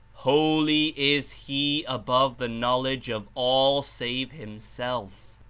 holy is he above the knowledge of all save himself,